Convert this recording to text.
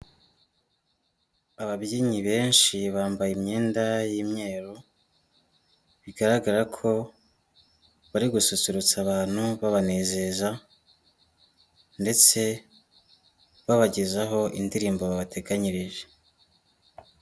Ababyinnyi benshi bambaye imyenda y'imyeru, bigaragara ko bari gususurutsa abantu babanezeza ndetse babagezaho indirimbo babateganyirije.